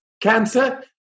cancer